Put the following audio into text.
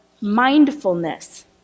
mindfulness